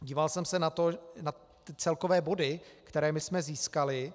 Díval jsem se na celkové body, které my jsme získali.